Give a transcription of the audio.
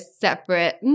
separate